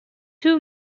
two